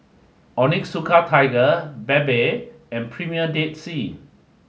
Onitsuka Tiger Bebe and Premier Dead Sea